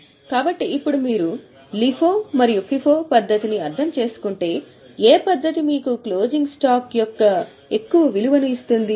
కాబట్టి ఇప్పుడు మీరు LIFO మరియు FIFO పద్ధతిని అర్థం చేసుకుంటే ఏ పద్ధతి మీకు క్లోజింగ్ స్టాక్ యొక్క ఎక్కువ విలువను ఇస్తుంది